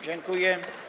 Dziękuję.